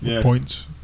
points